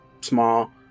small